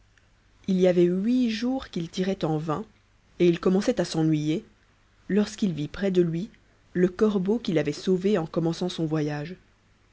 il y avait huit jours qu'il tirait en vain et il commençait à s'ennuyer lorsqu'il vit près de lui le corbeau qu'il avait sauvé en commençant son voyage